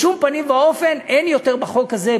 בשום פנים ואופן אין בחוק הזה,